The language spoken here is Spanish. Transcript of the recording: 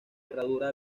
herradura